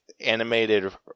animated